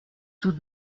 tout